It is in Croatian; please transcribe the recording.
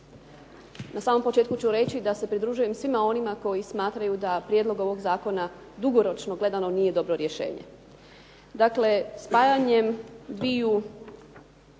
na samom početku ću reći da se pridružujem svima onima koji smatraju da prijedlog ovog zakona dugoročno gledano nije dobro rješenje. Dakle, spajanjem dviju